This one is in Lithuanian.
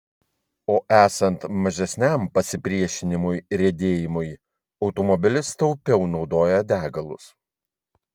o esant mažesniam pasipriešinimui riedėjimui automobilis taupiau naudoja degalus